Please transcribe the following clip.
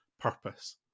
purpose